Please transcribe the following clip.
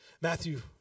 Matthew